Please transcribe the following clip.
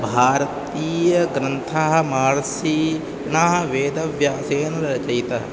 भारतीयग्रन्थाः मार्सीनाः वेदव्यासेन रचयितः